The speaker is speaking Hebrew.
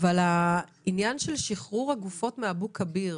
עניין של שחרור הגופות מאבו כביר